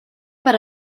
per